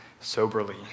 soberly